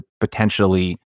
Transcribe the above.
potentially